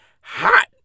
hot